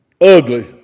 ugly